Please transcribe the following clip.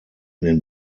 den